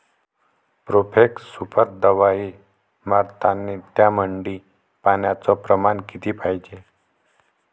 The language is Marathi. प्रोफेक्स सुपर दवाई मारतानी त्यामंदी पान्याचं प्रमाण किती पायजे?